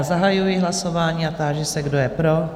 Zahajuji hlasování a táži se, kdo je pro?